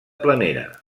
planera